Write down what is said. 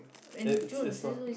it it's not